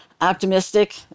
optimistic